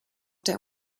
der